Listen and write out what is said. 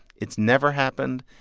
it's never happened.